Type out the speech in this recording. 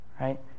right